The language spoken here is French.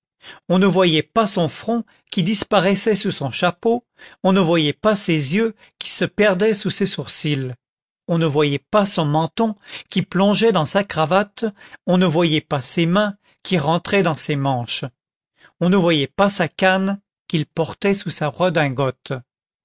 on ne voyait pas son front qui disparaissait sous son chapeau on ne voyait pas ses yeux qui se perdaient sous ses sourcils on ne voyait pas son menton qui plongeait dans sa cravate on ne voyait pas ses mains qui rentraient dans ses manches on ne voyait pas sa canne qu'il portait sous sa redingote